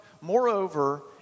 Moreover